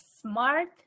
smart